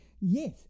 Yes